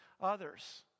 others